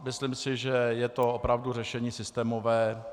Myslím si, že je to opravdu řešení systémové.